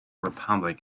republic